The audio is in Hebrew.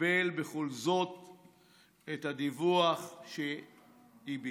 תקבל בכל זאת את הדיווח שהיא ביקשה.